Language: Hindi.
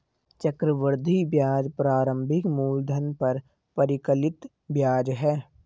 चक्रवृद्धि ब्याज प्रारंभिक मूलधन पर परिकलित ब्याज है